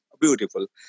beautiful